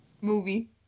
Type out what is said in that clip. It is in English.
Movie